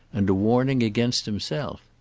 and a warning against himself.